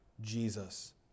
Jesus